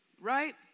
right